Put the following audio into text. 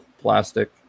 plastic